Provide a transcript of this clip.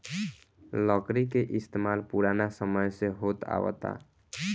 लकड़ी के इस्तमाल पुरान समय से होत आवता